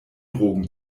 drogen